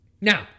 Now